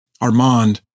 Armand